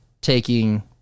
taking